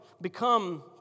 become